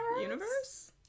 Universe